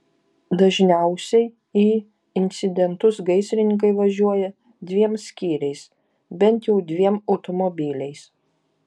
dažniausiai į incidentus gaisrininkai važiuoja dviem skyriais bent jau dviem automobiliais